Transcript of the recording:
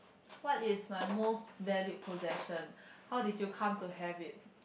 what is my most valued possession how did you come to have it